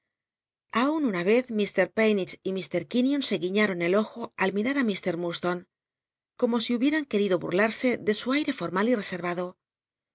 aun una yez mt pasnidgc y mr quinion se gniiíaton el ojo al mirar mr lstone como si hubietan querido burlarse de su aite formal y reservado